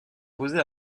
poser